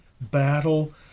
battle